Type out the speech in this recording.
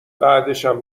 بعدشم